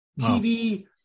TV